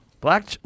Black